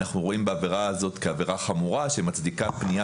אנחנו רואים בעבירה הזאת כעבירה חמורה שמצדיקה פנייה